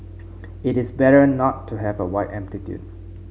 it is better not to have a wide amplitude